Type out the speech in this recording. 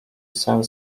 sen